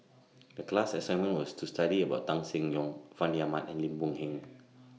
The class assignment was to study about Tan Seng Yong Fandi Ahmad and Lim Boon Heng